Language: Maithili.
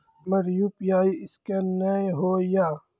हमर यु.पी.आई ईसकेन नेय हो या?